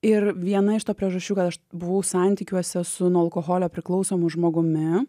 ir viena iš to priežasčių ką aš buvau santykiuose su alkoholio priklausomu žmogumi